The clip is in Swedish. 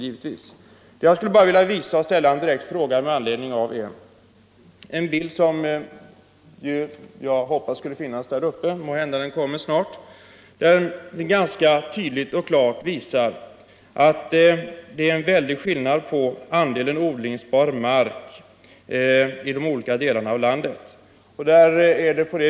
Jag skulle bara på kammarens TV-skärm vilja visa en bild och ställa en direkt fråga med anledning av den. Denna bild åskådliggör tydligt och klart att det är en väldig skillnad på andelen odlingsbar mark i olika delar av landet.